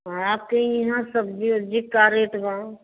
आपके यहाँ सब्जी वब्जी क्या रेट है